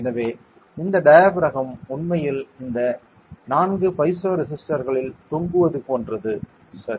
எனவே இந்த டயாபிறகம் உண்மையில் இந்த 4 பைசோ ரெசிஸ்டர்களில் தொங்குவது போன்றது சரி